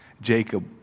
Jacob